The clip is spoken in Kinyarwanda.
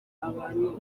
abantu